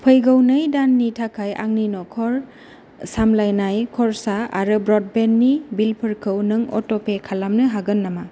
फैगौ नै दाननि थाखाय आंनि न'खर सामलायनाय खरसा आरो ब्र'डबेन्डनि बिलफोरखौ नों अट'पे खालामनो हागोन नामा